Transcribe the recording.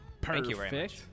perfect